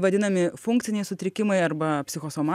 vadinami funkciniai sutrikimai arba psichosoma